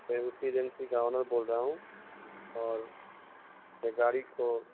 میں اسی ایجنسی کا آنر بول رہا ہوں اور یہ گاڑی کو